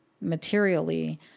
materially